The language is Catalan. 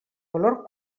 valor